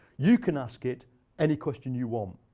you can ask it any question you want,